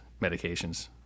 medications